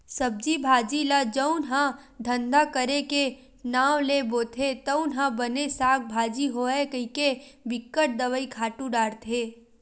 सब्जी भाजी ल जउन ह धंधा करे के नांव ले बोथे तउन ह बने साग भाजी होवय कहिके बिकट दवई, खातू डारथे